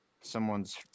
someone's